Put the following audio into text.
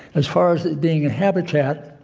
as far as it being a habitat,